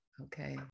Okay